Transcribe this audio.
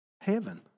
heaven